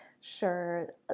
Sure